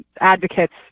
advocates